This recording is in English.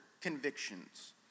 convictions